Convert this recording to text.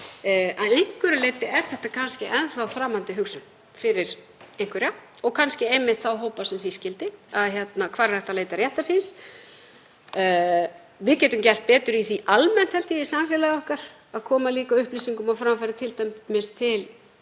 Að einhverju leyti er þetta kannski enn þá framandi hugsun fyrir einhverja og kannski einmitt þá hópa sem síst skyldi, þ.e. hvar hægt er að leita réttar síns. Við getum gert betur í því almennt, held ég, í samfélagi okkar að koma upplýsingum líka á framfæri til